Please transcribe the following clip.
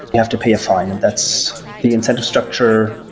you have to pay a fine, and that's the incentive structure,